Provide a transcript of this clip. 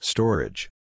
Storage